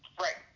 Right